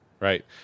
Right